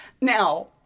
Now